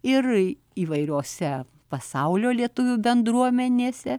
ir įvairiose pasaulio lietuvių bendruomenėse